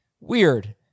Weird